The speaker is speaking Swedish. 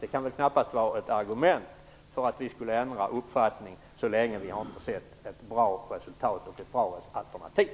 Det kan väl knappast vara ett argument för att vi skulle ändra uppfattning så länge vi inte sett ett bra alternativ.